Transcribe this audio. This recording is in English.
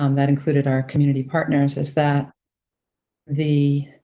um that included our community partners is that the,